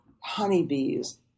honeybees